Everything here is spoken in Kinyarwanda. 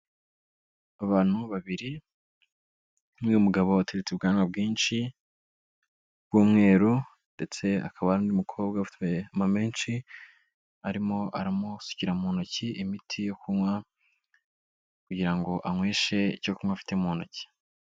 Abantu babiri, nk'uyu mugabo wateretse ubwanwa bwinshi bw'umweru, ndetse hakaba n'undi mukobwa ufite amamenshi, arimo aramusukira mu ntoki imiti yo kunywa, kugira ngo anyweshe icyo kunywa afite mu ntoki.